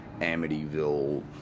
Amityville